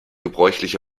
gebräuchliche